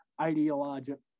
ideological